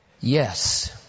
Yes